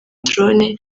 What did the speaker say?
drone